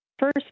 First